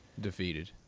Defeated